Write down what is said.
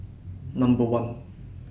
Number one